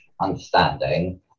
understanding